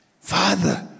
Father